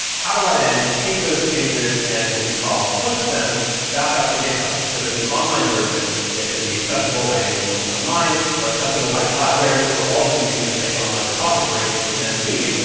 how do i then take those changes and, and, what we call, push them back up to github so that the online version that can be accessible by anyone looking online, or accessible by collaborators who are also using the same online repository, can then see?